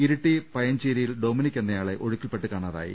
ഇരിട്ടി പയഞ്ചേരിയിൽ ഡൊമിനിക് എന്നയാളെ ഒഴുക്കിൽപെട്ട് കാണാതായി